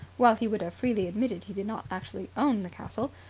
while he would have freely admitted he did not actually own the castle,